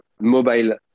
mobile